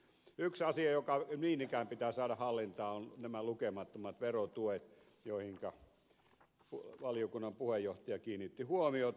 yksi asia joka niin ikään pitää saada hallintaan on nämä lukemattomat verotuet joihinka valiokunnan puheenjohtaja kiinnitti huomiota